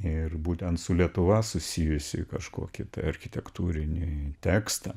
ir būtent su lietuva susijusi kažkokį tai architektūrinį tekstą